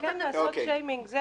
זה כן לעשות שיימינג.